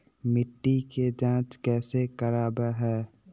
मिट्टी के जांच कैसे करावय है?